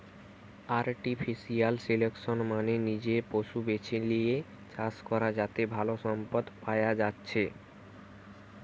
artificial selection মানে নিজে পশু বেছে লিয়ে চাষ করা যাতে ভালো সম্পদ পায়া যাচ্ছে